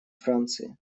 франции